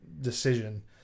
decision